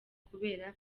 kubera